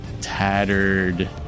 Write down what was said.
tattered